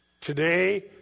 Today